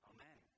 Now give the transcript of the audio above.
Amen